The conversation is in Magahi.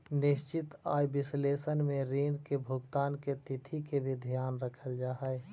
निश्चित आय विश्लेषण में ऋण के भुगतान के तिथि के भी ध्यान रखल जा हई